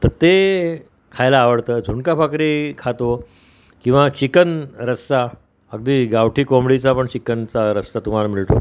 तर ते खायला आवडतं झुणका फाकरी खातो किंवा चिकन रस्सा अगदी गावठी कोंबडीचा पण चिकनचा रस्ता तुम्हाला मिळतो